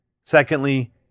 secondly